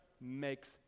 makes